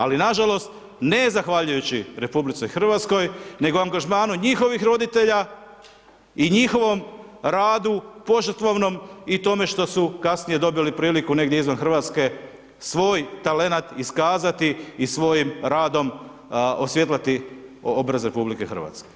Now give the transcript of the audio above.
Ali nažalost, ne zahvaljujući RH, nego angažmanu njihovih roditelja i njihovom radu, požrtvovanom i tome što su kasnije dobili priliku negdje izvan RH, svoj talent iskazati i svojim radom osvijetliti obraz RH.